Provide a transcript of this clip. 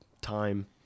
time